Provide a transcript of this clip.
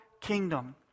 kingdom